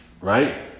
Right